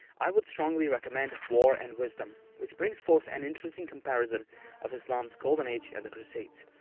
i would strongly recommend war and wisdom which brings forth an interesting comparison of islam's golden age and the crusades.